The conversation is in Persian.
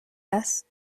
است